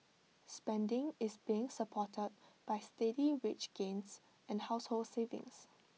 spending is being supported by steady wage gains and household savings